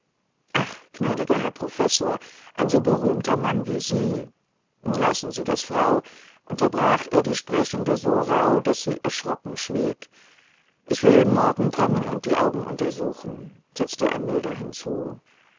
ach gnädiger herr professor ein so berühmter mann wie sie lassen sie das frau unterbrach er die sprechende so rauh daß sie erschrocken schwieg ich will morgen kommen und die augen untersuchen setzte er milder hinzu